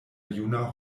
juna